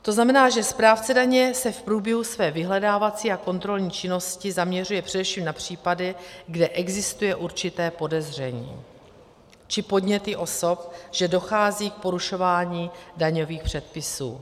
To znamená, že správce daně se v průběhu své vyhledávací a kontrolní činnosti zaměřuje především na případy, kde existuje určité podezření či podněty osob, že dochází k porušování daňových předpisů.